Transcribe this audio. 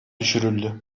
düşürüldü